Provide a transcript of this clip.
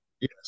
Yes